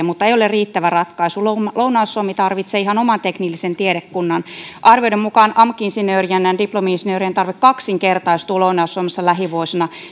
mutta ei ole riittävä ratkaisu lounais suomi tarvitsee ihan oman teknillisen tiedekunnan arvioiden mukaan amk insinöörien ja diplomi insinöörien tarve kaksinkertaistuu lounais suomessa lähivuosina